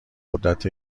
قدرت